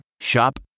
Shop